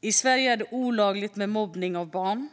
I Sverige är det olagligt med mobbning av barn.